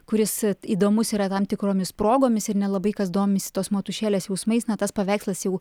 kuris įdomus yra tam tikromis progomis ir nelabai kas domisi tos motušėlės jausmais na tas paveikslas jau